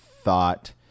Thought